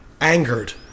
angered